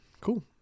Cool